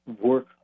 work